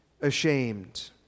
ashamed